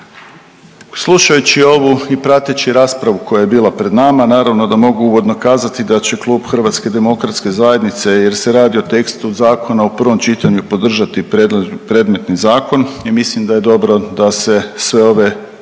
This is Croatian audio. Slušajući ovu i prateći raspravu koja je bila pred nama naravno da mogu uvodno kazati da će Klub HDZ-a jer se radi o tekstu zakona u prvom čitanju podržati predmetni zakon i mislim da je dobro da se sve ove